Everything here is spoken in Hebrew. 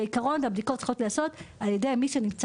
לגבי הבדיקות שצריך לעשות בעיקר מי שנמצא